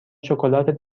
شکلات